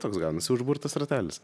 toks gaunasi užburtas ratelis